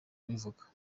kubivuga